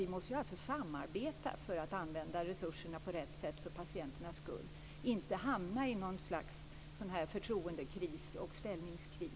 Vi måste ju samarbeta för att använda resurserna på rätt sätt för patienternas skull. Vi får inte hamna i någon förtroendekris eller något ställningskrig.